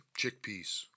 Chickpeas